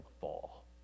Fall